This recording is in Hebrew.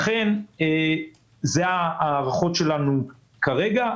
לכן אלה ההערכות שלנו כרגע.